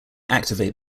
activate